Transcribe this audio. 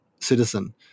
citizen